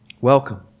welcome